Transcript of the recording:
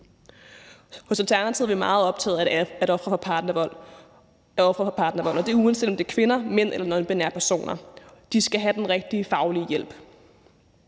Hos Alternativet er vi meget optaget af, at ofre for partnervold – uanset om det er kvinder, mænd eller nonbinære personer – skal have den rigtige faglige hjælp.